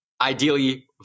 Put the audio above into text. Ideally